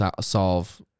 solve